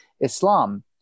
Islam